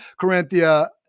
Corinthia